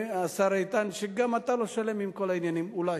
השר איתן, שגם אתה לא שלם עם כל העניינים, אולי.